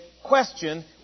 question